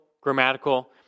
grammatical